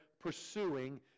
pursuing